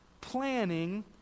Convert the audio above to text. planning